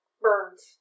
burns